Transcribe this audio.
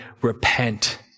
repent